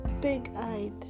big-eyed